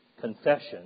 Confession